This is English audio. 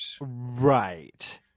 Right